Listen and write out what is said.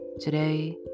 Today